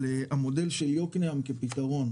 המודל של יוקנעם כפתרון.